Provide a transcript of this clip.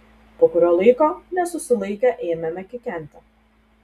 po kurio laiko nesusilaikę ėmėme kikenti